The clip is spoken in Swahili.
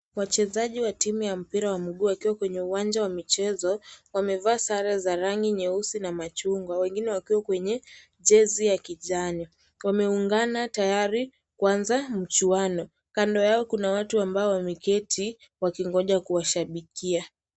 Wachezaji wa timu ya mpira wa miguu wakiwa kwenye uwanja wa michezo wamevaa sare za rangi nyeusi na machungwa, wengine wakiwa kwenye jezi ya kijani. Wameungana tayari kuanza mchuwano. kando yao kuna watu ambao wameketi wakingoja kuwashabikia.